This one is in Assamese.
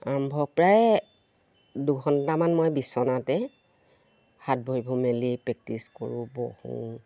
আৰম্ভ প্ৰায় দুঘণ্টামান মই বিছনাতে হাত ভৰিবোৰ মেলি প্ৰেক্টিছ কৰোঁ বহোঁ